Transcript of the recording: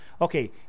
Okay